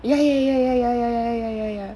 ya ya ya ya ya ya ya ya ya